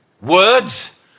words